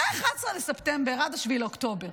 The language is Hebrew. מ-11 בספטמבר עד 7 באוקטובר,